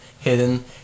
hidden